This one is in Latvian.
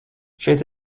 šeit